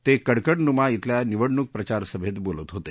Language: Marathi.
ते कडकडनुमा शिल्या निवडणूक प्रचार सभेत बोलत होते